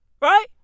Right